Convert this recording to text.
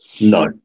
No